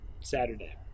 Saturday